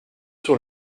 sur